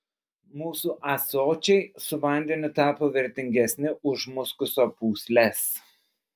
mūsų ąsočiai su vandeniu tapo vertingesni už muskuso pūsles